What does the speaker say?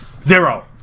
Zero